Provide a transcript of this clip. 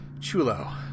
Chulo